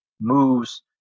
moves